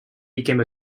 became